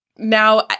Now